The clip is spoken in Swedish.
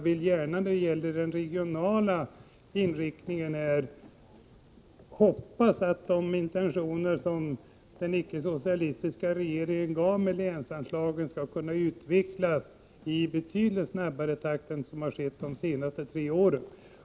I fråga om den regionala inriktningen hoppas jag att de intentioner som den icke-socialistiska regeringen gav uttryck för med länsanslagen skall kunna utvecklas i betydligt snabbare takt än som har skett de senaste tre åren.